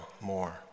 more